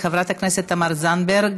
חברת הכנסת תמר זנדברג.